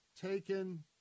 Taken